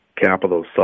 capital